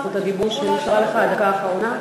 הדקה האחרונה?